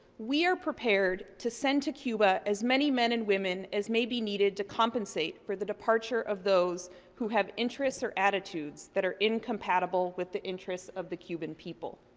we are prepared to send to cuba as many men and women as may be needed to compensate for the departure of those who have interests or attitudes that are incompatible with the interests of the cuban people.